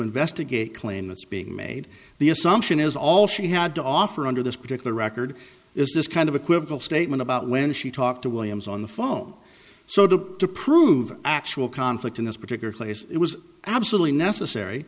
investigate claim that's being made the assumption is all she had to offer under this particular record is this kind of equivocal statement about when she talked to williams on the phone so to to prove actual conflict in this particular case it was absolutely necessary